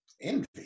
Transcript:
Envy